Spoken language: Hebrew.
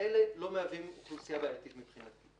אלה לא מהווים אוכלוסייה בעייתית מבחינתי.